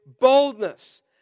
boldness